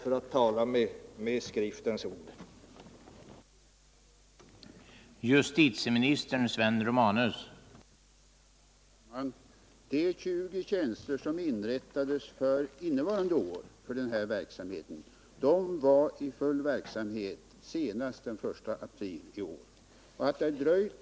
För att tala med Skriftens ord: Vilka skrymtare och fariséer ni är!